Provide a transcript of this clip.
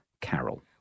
Carol